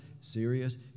serious